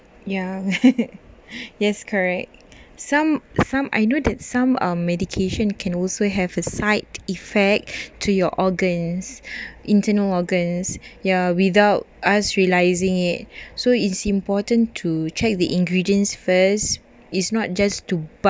ya yes correct some some I know that some uh medication can also have a side effect to your organs internal organs ya without us realising it so it's important to check the ingredients first is not just to